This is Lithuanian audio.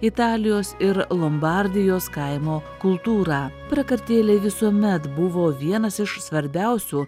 italijos ir lombardijos kaimo kultūrą prakartėlė visuomet buvo vienas iš svarbiausių